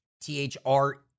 T-H-R